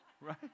Right